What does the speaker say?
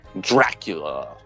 Dracula